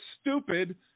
stupid